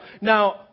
Now